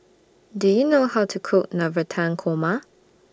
Do YOU know How to Cook Navratan Korma